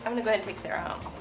and but take sarah home.